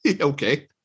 okay